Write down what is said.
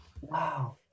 Wow